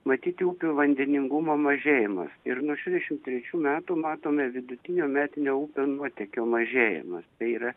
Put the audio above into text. matyti upių vandeningumo mažėjimas ir nuo šešiasdešimt trečių metų matome vidutinio metinio nuotėkio mažėjimas tai yra